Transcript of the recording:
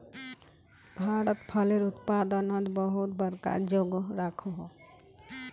भारत फलेर उत्पादनोत बहुत बड़का जोगोह राखोह